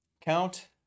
Count